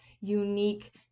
unique